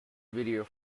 video